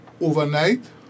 overnight